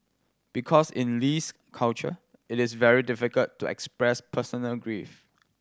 because in Lee's culture it is very difficult to express personal grief